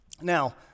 Now